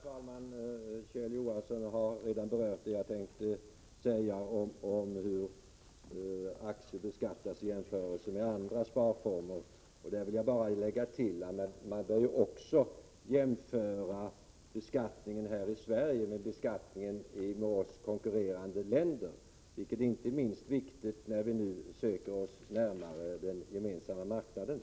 Herr talman! Kjell Johansson har redan berört det som jag tänkte säga. Det gäller hur aktier beskattas i jämförelse med andra sparformer. Där vill jag bara lägga till att man också bör jämföra beskattningen här i Sverige med beskattningen i med oss konkurrerande länder, vilket är inte minst viktigt nu när vi söker oss närmare den gemensamma marknaden.